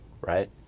right